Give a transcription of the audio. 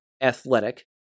athletic